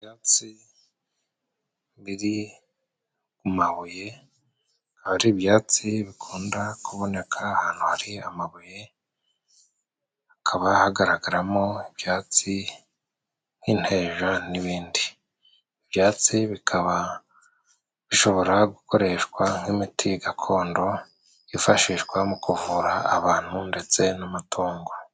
Ibyatsi biri ku mabuye, akaba ari ibyatsi bikunda kuboneka ahantu hari amabuye. Hakaba hagaragaramo ibyatsi nk'inteja, n'ibindi ibyatsi. Bikaba bishobora gukoreshwa nk'imiti gakondo, yifashishwa mu kuvura abantu ndetse n'amatungo.